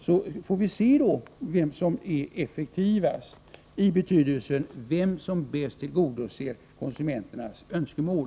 Då får vi se vad som är effektivast och som bäst tillgodoser konsumenternas önskemål.